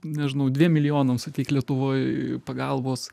nežinau dviem milijonam suteikt lietuvoj pagalbos